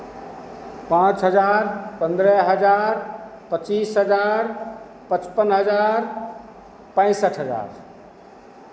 पाँच हज़ार पंद्रह हज़ार पच्चीस हज़ार पचपन हज़ार पैंसठ हज़ार